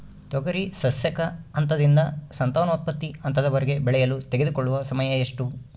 ತೊಗರಿ ಸಸ್ಯಕ ಹಂತದಿಂದ ಸಂತಾನೋತ್ಪತ್ತಿ ಹಂತದವರೆಗೆ ಬೆಳೆಯಲು ತೆಗೆದುಕೊಳ್ಳುವ ಸಮಯ ಎಷ್ಟು?